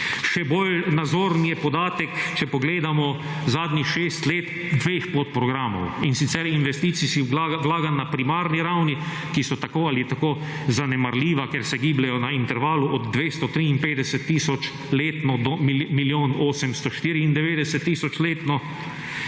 Še bolj nazoren je podatek, če pogledamo zadnjih šest let, dveh podprogramov, in sicer investicijskih vlaganj na primarni ravni, ki so tako ali tako zanemarljiva, ker se gibljejo na intervalu od 253 tisoč letno do milijon 894 tisoč letno